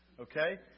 Okay